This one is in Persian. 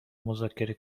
مذاکره